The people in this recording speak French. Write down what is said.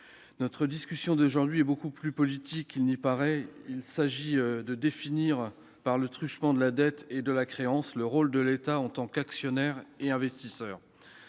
Notre discussion d'aujourd'hui est beaucoup plus politique qu'il n'y paraît : il s'agit de définir, par le truchement de la dette et de la créance, le rôle de l'État en tant qu'actionnaire et en tant